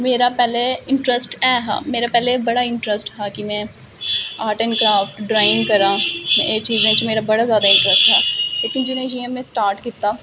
मेरा पैहला इटंरस्ट ऐ हा मेरा पैहलें बड़ा इंटरेस्ट हा कि में आर्ट एंड कराफट ड्रांइग करां में एह् चीजां च मेरा बड़ा ज्यादा इंटरस्ट हा लेकिन जियां में स्टार्ट कीता